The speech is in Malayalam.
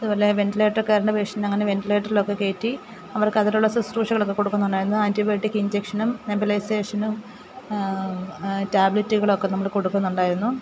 അതുപോലെ വെൻറ്റിലേറ്ററിൽ കയറേണ്ട പേഷ്യൻ്റ് അങ്ങനെ വെൻറ്റിലേറ്ററിലൊക്കെ കയറ്റി അവർക്കതിലുള്ള ശുശ്രൂഷകളൊക്കെ കൊടുക്കുന്നുണ്ടായിരുന്നു ആൻറ്റിബയോട്ടിക് ഇൻജെക്ഷനും നെബുലൈസേഷനും ടാബ്ലെറ്റുകളൊക്കെ നമ്മൾ കൊടുക്കുന്നുണ്ടായിരുന്നു